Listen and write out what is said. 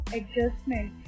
adjustment